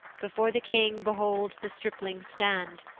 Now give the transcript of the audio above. before the king behold the stripling stand,